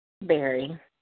Barry